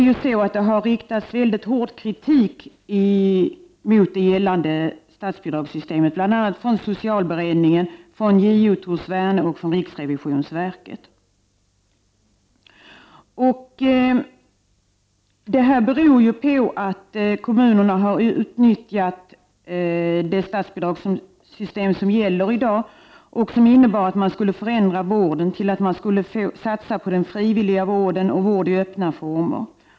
Det har riktats mycket hård kritik mot det gällande statsbidragssystemet, bl.a. från socialberedningen, från JO Tor Sverne och från riksrevisionsverket. Detta beror på att kommunerna har utnyttjat det statsbidragssystem som gäller i dag och som har inneburit att man skulle förändra vården så att man satsade på frivillig vård och vård i öppna former.